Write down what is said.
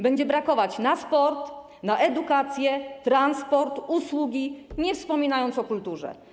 Będzie brakować na sport, na edukację, transport, usługi, nie wspominając o kulturze.